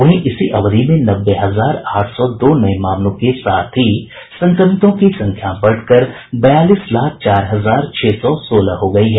वहीं इसी अवधि में नब्बे हजार आठ सौ दो नये मामलों के साथ ही संक्रमितों की संख्या बढ़कर बयालीस लाख चार हजार छह सौ सोलह हो गयी है